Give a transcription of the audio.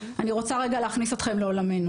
ואני רוצה רגע להכניס אתכם לעולמנו,